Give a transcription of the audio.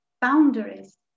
Boundaries